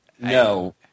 no